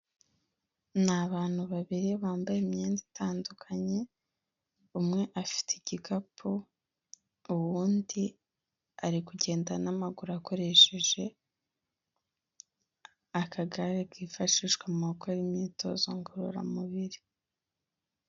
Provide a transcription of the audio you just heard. Ni abantu babiri bambaye imyenda itandukanye umwe afite igikapu, uwundi ari kugenda n'amaguru akoresheje akagare kifashishwa mu gukora imyitozo ngororamubiri.